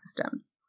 systems